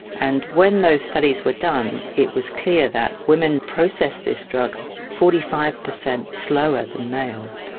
and when those studies were done, it was clear that women processed this drug forty five percent slower than males.